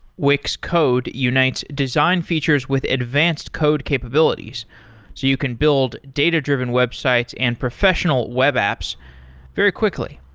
wix code unites design features with advanced code capabilities, so you can build data-driven websites and professional web apps very quickly.